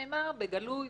נאמר בגלוי,